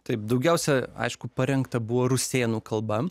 taip daugiausia aišku parengta buvo rusėnų kalba